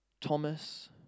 Thomas